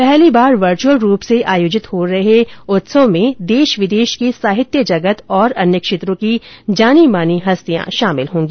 पहली बार वर्चुअल रूप से आयोजित हो रहे फेस्टिवल में देश विदेश के साहित्य जगत और अन्य क्षेत्रों की जानी मानी हस्तियां शामिल होंगी